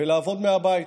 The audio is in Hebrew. ולעבוד מהבית.